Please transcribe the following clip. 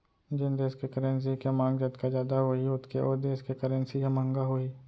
जेन देस के करेंसी के मांग जतका जादा होही ओतके ओ देस के करेंसी ह महंगा होही